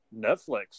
Netflix